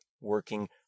working